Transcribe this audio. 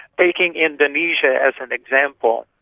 taking indonesia as an example,